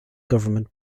government